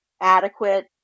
adequate